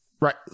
Right